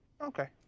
Okay